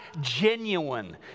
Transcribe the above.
genuine